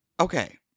Okay